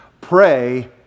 pray